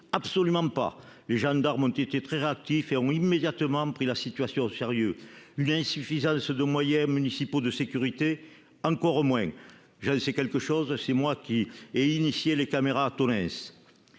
Absolument pas. Les gendarmes ont été très réactifs et ont immédiatement pris la situation au sérieux. S'agit-il d'une insuffisance des moyens municipaux de sécurité ? Encore moins. J'en sais quelque chose, c'est moi qui ai fait installer les caméras à Tonneins.